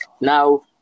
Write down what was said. now